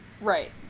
Right